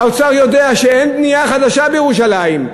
האוצר יודע שאין בנייה חדשה בירושלים,